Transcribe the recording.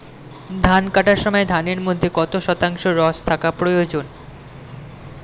ধান কাটার সময় ধানের মধ্যে কত শতাংশ রস থাকা প্রয়োজন?